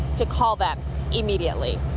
to call them immediately.